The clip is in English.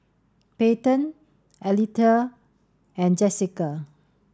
Payten Aletha and Jesica